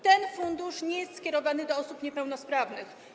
Ten fundusz nie jest skierowany do osób niepełnosprawnych.